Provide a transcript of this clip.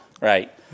Right